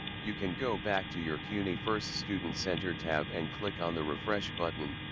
you can go back to your cunyfirst student center tab and click on the refresh button,